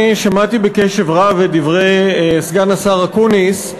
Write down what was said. אני שמעתי בקשב רב את דברי סגן השר אקוניס,